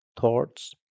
thoughts